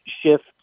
shift